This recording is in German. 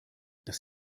das